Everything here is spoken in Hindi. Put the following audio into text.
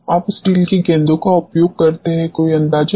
आप स्टील की गेंदों का उपयोग क्यों करते हैं कोई अंदाजा